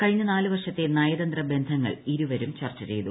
കഴിഞ്ഞ നാലു വർഷത്തെ നയതന്ത്ര ബന്ധങ്ങൾ ഇരുവരും ചർച്ച ചെയ്തു